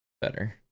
better